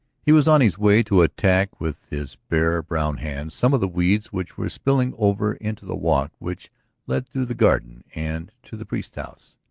he was on his way to attack with his bare brown hands some of the weeds which were spilling over into the walk which led through the garden and to the priest's house.